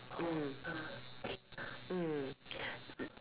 mm mm